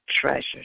Treasures